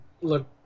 look